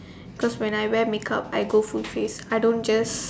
cause when I wear make up I go full face I don't just